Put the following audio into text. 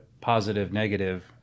positive-negative